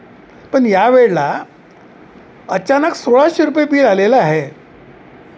पण या वेळेला अचानक सोळाशे रुपये बिल आलेला आहे